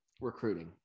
recruiting